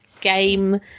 game